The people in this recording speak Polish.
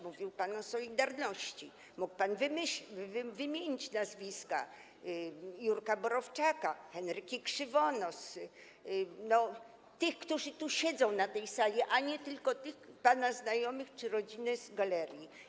Mówił pan o „Solidarności”, mógł pan wymienić nazwiska Jurka Borowczaka, Henryki Krzywonos, tych, którzy tu siedzą na tej sali, a nie tylko tych pana znajomych czy rodziny z galerii.